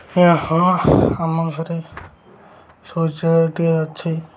ଆଜ୍ଞା ହଁ ଆମ ଘରେ ଶୌଚାଳୟଟିଏ ଅଛି